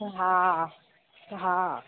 हा हा